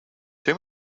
too